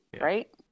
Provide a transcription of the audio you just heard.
right